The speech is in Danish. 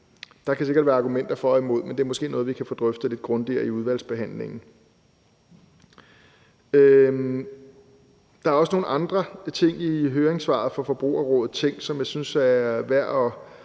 Der kan sikkert være argumenter for og imod, men det er måske noget, vi kan få drøftet lidt grundigere i udvalgsbehandlingen. Der er også nogle andre ting i høringssvaret fra Forbrugerrådet Tænk, som jeg synes er værd at